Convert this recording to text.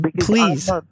please